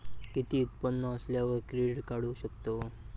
किती उत्पन्न असल्यावर क्रेडीट काढू शकतव?